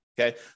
Okay